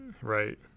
right